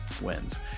wins